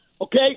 Okay